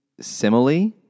simile